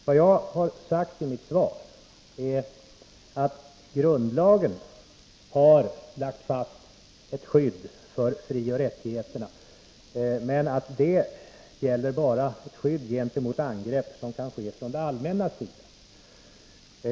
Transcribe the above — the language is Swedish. Vad jag har sagt i mitt svar är att grundlagen har lagt fast ett skydd för frioch rättigheterna, men att det bara gäller ett skydd gentemot angrepp som kan ske från det allmännas sida.